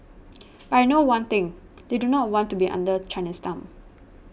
but I know one thing they do not want to be under China's thumb